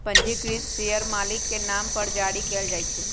पंजीकृत शेयर मालिक के नाम पर जारी कयल जाइ छै